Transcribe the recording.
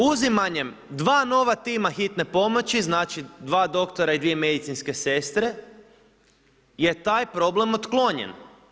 I uzimanjem dva nova tima hitne pomoći, znači dva doktora i 2 medicinske sestre je taj problem otklonjen.